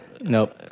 Nope